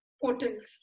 portals